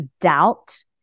doubt